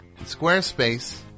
Squarespace